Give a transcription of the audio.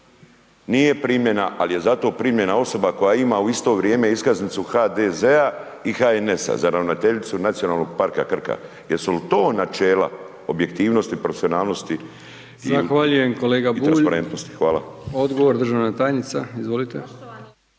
nije primljena ali je zato primljena osoba koja ima u isto vrijeme iskaznicu HDZ-a i HNS-a za ravnateljicu NP Krka. Jesu li to načela objektivnosti, profesionalnosti i transparentnosti? Hvala. **Brkić, Milijan (HDZ)** Zahvaljujem kolega Bulj. Odgovor, državna tajnica. **Prpić,